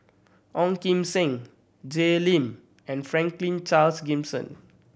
Ong Kim Seng Jay Lim and Franklin Charles Gimson